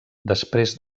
després